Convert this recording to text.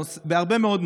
הרבה מאוד נושאים,